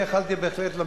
אני יכולתי בהחלט להמתין,